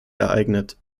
ereignet